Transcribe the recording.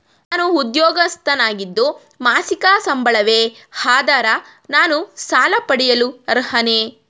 ನಾನು ಉದ್ಯೋಗಸ್ಥನಾಗಿದ್ದು ಮಾಸಿಕ ಸಂಬಳವೇ ಆಧಾರ ನಾನು ಸಾಲ ಪಡೆಯಲು ಅರ್ಹನೇ?